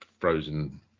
frozen